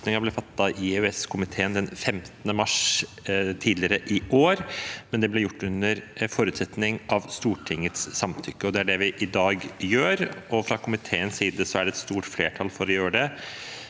ble fattet i EØS-komiteen den 15. mars tidligere i år, men det ble gjort under forutsetning av Stortingets samtykke, og det er det vi i dag gjør. Fra komiteens side er det et stort flertall for å gjøre det.